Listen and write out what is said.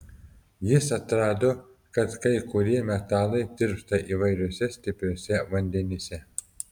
jis atrado kad kai kurie metalai tirpsta įvairiuose stipriuose vandenyse